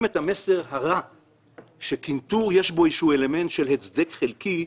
את המסר הרע שקנטור יש בו אלמנט של הצדק חלקי,